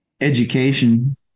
education